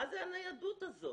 מה זו הניידות הזו?